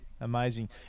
Amazing